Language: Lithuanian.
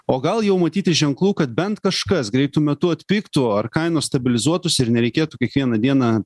o gal jau matyti ženklų kad bent kažkas greitu metu atpigtų ar kainos stabilizuotųsi ir nereikėtų kiekvieną dieną